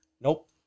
nope